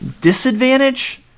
Disadvantage